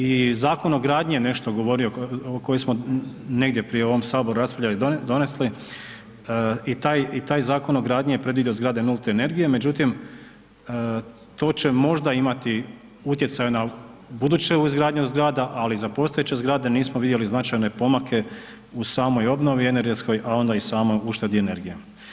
I Zakon o gradnji je nešto govorio koji smo negdje prije u ovom saboru raspravljali i donesli i taj Zakon o gradnji je predvidio zgrade nulte energije, međutim to će možda imati utjecaja na buduću izgradnju zgrada, ali za postojeće zgrade nismo vidjeli značajne pomake u samoj obnovi energetskoj, a onda i samoj uštedi energije.